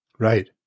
Right